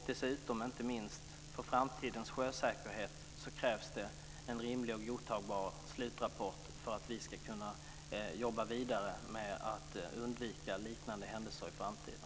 Dessutom, och inte minst, för framtidens sjösäkerhet krävs det en rimlig och godtagbar slutrapport för att vi ska kunna jobba vidare med att undvika liknande händelser i framtiden.